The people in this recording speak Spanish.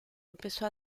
empezó